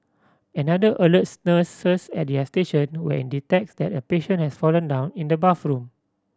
another alerts nurses at their station when it detects that a patient has fallen down in the bathroom